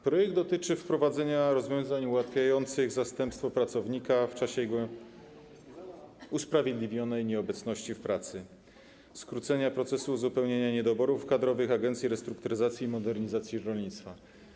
Projekt dotyczy wprowadzenia rozwiązań ułatwiających zastępstwo pracownika w czasie jego usprawiedliwionej nieobecności w pracy, skrócenia procesu uzupełnienia niedoborów kadrowych w Agencji Restrukturyzacji i Modernizacji Rolnictwa.